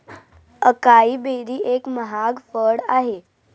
acai berry एक महाग फळ आहे